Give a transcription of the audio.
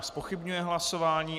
Zpochybňuje hlasování.